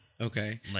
Okay